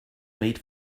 made